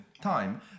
time